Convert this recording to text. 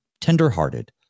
tender-hearted